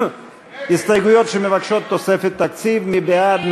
הסתייגויות שמבקשות תוספת תקציב, מי בעד?